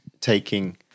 taking